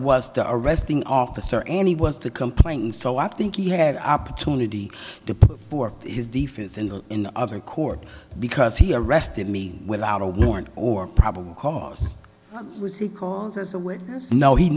was arresting officer and he was to complain so i think he had an opportunity to pay for his defense in the in the other court because he arrested me without a warrant or probable cause